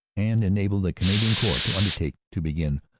and enabled the canadian corps to undertake to begin,